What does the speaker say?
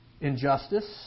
injustice